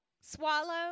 swallow